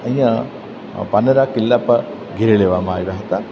અહીં પારનેરા કિલ્લા પર ઘેરી લેવામાં આવ્યા હતા